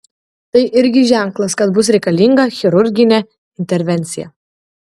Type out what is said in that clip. tai irgi ženklas kad bus reikalinga chirurginė intervencija